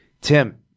Tim